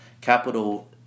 Capital